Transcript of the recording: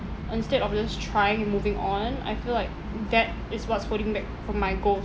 instead of just trying moving on I feel like that is what's holding me back from my goal